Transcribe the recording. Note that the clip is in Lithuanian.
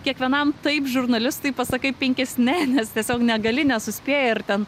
kiekvienam taip žurnalistui pasakai penkis ne nes tiesiog negali nesuspėji ir ten